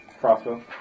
Crossbow